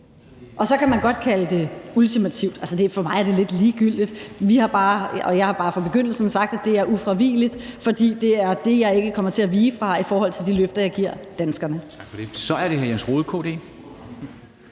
Så kan man godt kalde det ultimativt. For mig er det lidt ligegyldigt. Jeg har bare fra begyndelsen sagt, at det er ufravigeligt, for det er det, jeg ikke kommer til at vige fra i forhold til de løfter, jeg giver danskerne. Kl. 16:50 Formanden